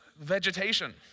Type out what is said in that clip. vegetation